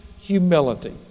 humility